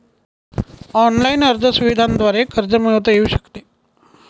Online अर्ज सुविधांद्वारे कर्ज मिळविता येऊ शकते का?